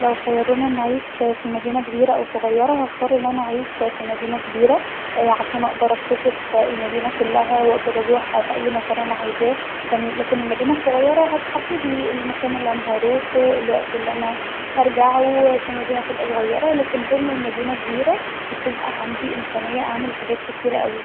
لو خيروني أن أعيش في مدينه كبيره او صغيره هختار أن انا أعيش في مدينه كبيره عشان اقدر اكتشف المدينه كلها واقدر اروح في ايه مكان انا عايزاه لاكن للمدينه الصغيرة هتحددلي المكان الي انا هروحه الوقت الي انا هرجعه عشان للمدينه هتبقي صغيره. لاكن طول ما المدينه كبيره هتبقي عندي امكانيه اعمل حاجات كتيره اوي